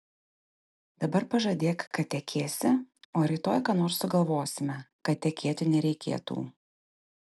dabar pažadėk kad tekėsi o rytoj ką nors sugalvosime kad tekėti nereikėtų